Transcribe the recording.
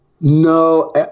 No